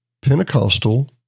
Pentecostal